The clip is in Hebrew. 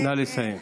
נא לסיים.